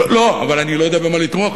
אבל אני לא יודע במה לתמוך,